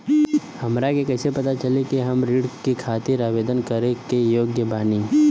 हमरा कइसे पता चली कि हम ऋण के खातिर आवेदन करे के योग्य बानी?